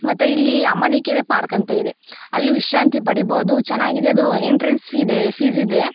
ಮತ್ತು ಇಲ್ಲಿ ಅಮಾನಿಕೆರೆ ಪಾರ್ಕ್ ಅಂತ ಇದೆ ಅಲ್ಲಿ ವಿಶ್ರಾಂತಿ ಪಡಿಬೋದು ಚೆನ್ನಾಗಿದೆ ಅದು ಎಂಟ್ರೆನ್ಸ್ ಫಿ ಇದೆ ಫೀಸ್ ಇದೆ